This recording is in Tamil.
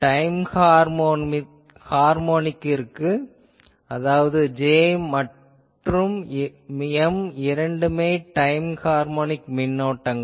டைம் ஹார்மொனிக்கிற்கு அதாவது J மற்றும் M இரண்டுமே டைம் ஹார்மொனிக் மின்னோட்டங்கள்